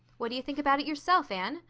what do you think about it yourself, anne?